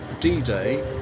D-Day